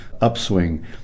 upswing